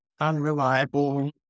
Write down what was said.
unreliable